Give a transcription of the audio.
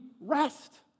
rest